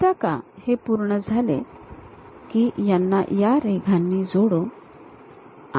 एकदा हे पूर्ण झाले की याना या रेघांनी जोडू